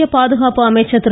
மத்திய பாதுகாப்பு அமைச்சா் திரு